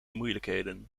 moeilijkheden